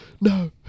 no